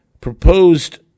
proposed